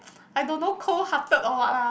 I don't know cold hearted or what lah